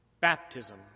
Baptism